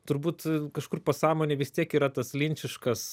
turbūt kažkur pasąmonėje vis tiek yra tas linčiškas